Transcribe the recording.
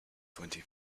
twenty